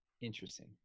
Interesting